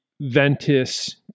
Ventus